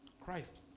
Christ